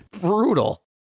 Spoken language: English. brutal